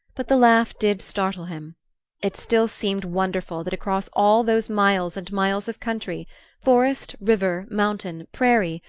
but the laugh did startle him it still seemed wonderful that across all those miles and miles of country forest, river, mountain, prairie,